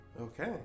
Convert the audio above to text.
Okay